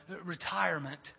retirement